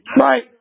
Right